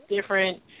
different